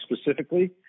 specifically